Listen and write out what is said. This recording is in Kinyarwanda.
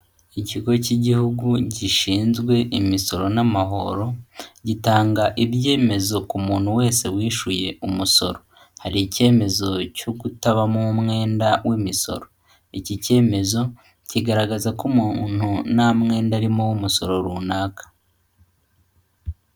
Ikigo cy'Igihugu gishinzwe imisoro n'amahoro gitanga ibyemezo ku muntu wese wishuye umusoro. Hari icyemezo cyo kutabamo umwenda w'imisoro. Iki cyemezo kigaragaza ko umuntu nta mwenda arimo w'umusoro runaka.